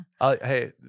Hey